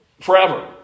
forever